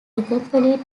accompanied